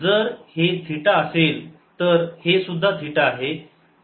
जर हे थिटा असेल तर हे सुद्धा थिटा आहे